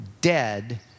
dead